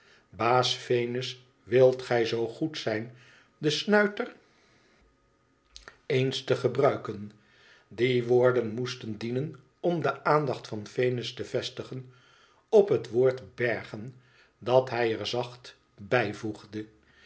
baas venus wilt gij zoo goed zijn den snuiter eens te gebruiken die woorden moesten dienen om de aandacht van venus te vestigen op het woord bergen dat hij er zacht bij